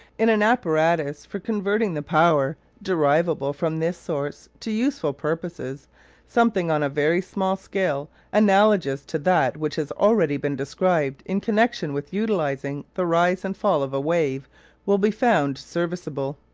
in an apparatus for converting the power derivable from this source to useful purposes something on a very small scale analogous to that which has already been described in connection with utilising the rise and fall of a wave will be found serviceable.